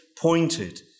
pointed